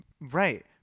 Right